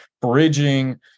bridging